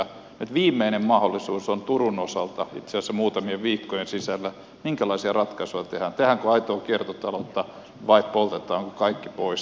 nyt viimeinen mahdollisuus on turun osalta itse asiassa muutamien viikkojen sisällä päättää minkälaisia ratkaisuja tehdään tehdäänkö aitoa kiertotaloutta vai poltetaanko kaikki pois